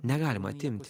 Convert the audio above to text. negalima atimt